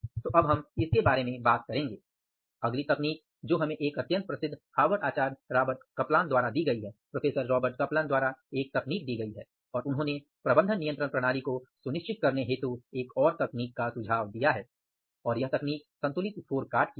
तो अब हम इसके बारे में बात करेंगे अगली तकनीक जो हमें एक अत्यंत प्रसिद्ध हार्वर्ड आचार्य रॉबर्ट कपलान द्वारा दी गई है और उन्होंने प्रबंधन नियंत्रण प्रणाली को सुनिश्चित करने हेतु एक और तकनीक का सुझाव दिया है और वह तकनीक संतुलित स्कोरकार्ड की है